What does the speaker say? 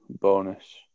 bonus